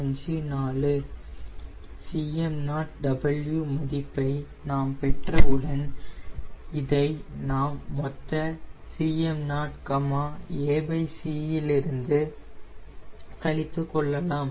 0154 Cm0W மதிப்பை நாம் பெற்றவுடன் இதை நாம் மொத்த Cm0 ac இலிருந்து கழித்துக் கொள்ளலாம்